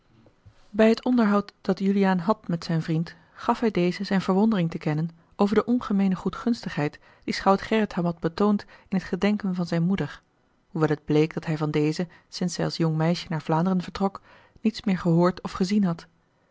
bij het onderhoud dat juliaan had met zijn vriend gaf hij dezen zijne verwondering te kennen over de ongemeene goedgunstigheid die schout gerrit hem had betoond in het gedenken van zijne moeder hoewel het bleek dat hij van deze sinds zij als jong meisje naar vlaanderen vertrok niets meer gehoord of gezien had